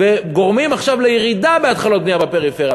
וגורמים עכשיו לירידה בהתחלות בנייה בפריפריה,